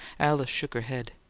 alice shook her head.